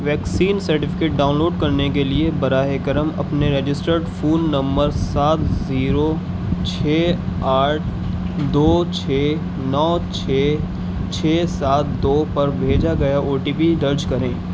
vaccine certificate download کرنے کے لیے براہ کرم اپنے رجسٹرڈ فون نمبر سات زیرو چھ آٹھ دو چھ نو چھ چھ سات دو پر بھیجا گیا او ٹی پی درج کریں